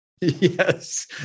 yes